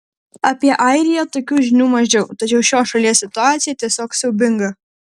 apie airiją tokių žinių mažiau tačiau šios šalies situacija tiesiog siaubinga